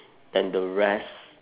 than the rest